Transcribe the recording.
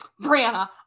Brianna